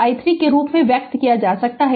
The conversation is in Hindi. i 3 के रूप में व्यक्त किया जा सकता है